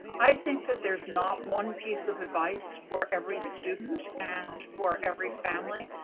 i think that there's not one piece of advice for every student and for every family.